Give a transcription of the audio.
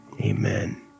Amen